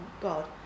God